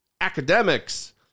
academics